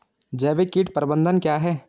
जैविक कीट प्रबंधन क्या है?